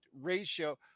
ratio